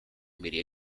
media